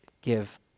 give